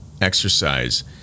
exercise